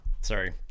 Sorry